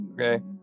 Okay